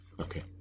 Okay